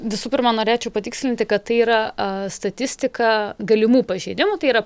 visų pirma norėčiau patikslinti kad tai yra statistika galimų pažeidimų tai yra